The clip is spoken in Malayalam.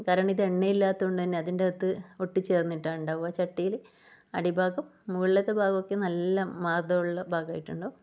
കാരണം ഇത് എണ്ണ ഇല്ലാത്ത കൊണ്ട് അതിൻ്റകത്ത് ഒട്ടി ചേർന്നിട്ടാ ഉണ്ടാവുക ചട്ടിയിൽ അടിഭാഗം മുകളിലത്തെ ഭാഗമൊക്കെ നല്ല മാർദ്ദവമുള്ള ഭാഗമായിട്ടുണ്ടാകും